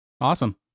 Awesome